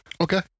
Okay